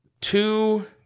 Two